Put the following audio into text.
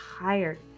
tired